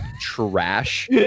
trash